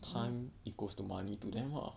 time equals to money to them lah